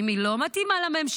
אם היא לא מתאימה לממשלה,